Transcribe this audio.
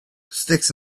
sticks